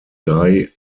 guy